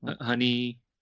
Honey